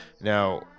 Now